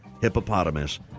hippopotamus